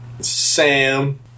Sam